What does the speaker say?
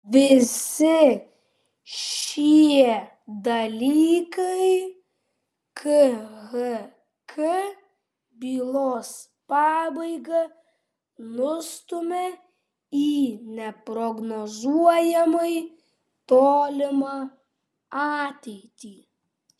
visi šie dalykai khk bylos pabaigą nustumia į neprognozuojamai tolimą ateitį